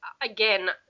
Again